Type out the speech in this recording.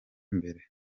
mbere